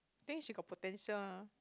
think she got potential ah